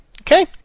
Okay